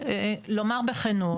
לומר בכנות,